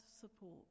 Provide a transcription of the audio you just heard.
support